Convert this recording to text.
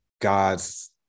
God's